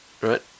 right